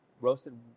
Roasted